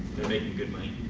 making good money.